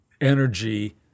energy